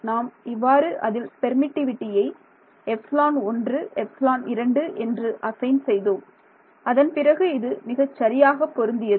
நாம் இவ்வாறு அதில் பெர்மிட்டிவிட்டியை ε1 ε2 என்று அசைன் செய்தோம் அதன்பிறகு இது மிகச் சரியாக பொருந்தியது